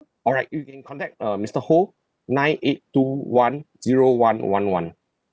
all right you can contact uh mister ho nine eight two one zero one one one